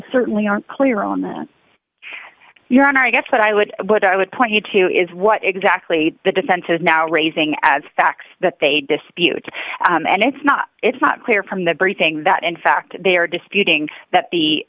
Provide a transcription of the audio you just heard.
certainly aren't clear on that your honor i guess what i would what i would point you to is what exactly the defense is now raising as facts that they dispute and it's not it's not clear from the briefing that in fact they are disputing that the